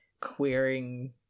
queering